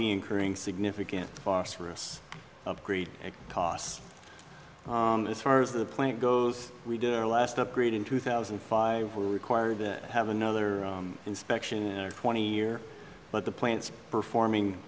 be incurring significant phosphorous upgrade costs as far as the plant goes we do our last upgrade in two thousand and five we're required to have another inspection twenty year but the plants performing